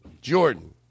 Jordan